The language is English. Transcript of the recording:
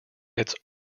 its